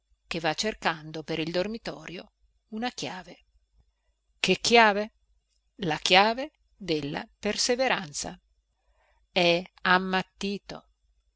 che va cercando per il dormitorio una chiave che chiave la chiave della perseveranza è ammattito